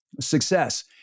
success